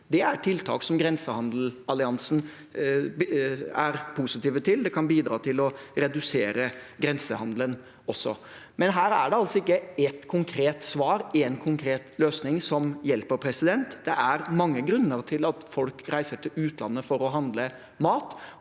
Det er tiltak som Grensehandelsalliansen er positive til. Det kan også bidra til å redusere grensehandelen. Men her er det altså ikke ett konkret svar, én konkret løsning som hjelper. Det er mange grunner til at folk reiser til utlandet for å handle mat,